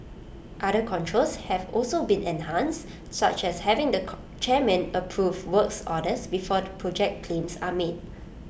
other controls have also been enhanced such as having the con chairman approve works orders before project claims are made